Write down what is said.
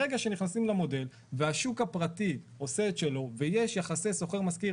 ברגע שנכנסים למודל והשוק הפרטי עושה את שלו ויש יחסי שוכר ומשכיר